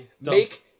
Make